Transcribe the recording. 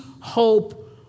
hope